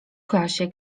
klasie